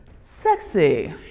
sexy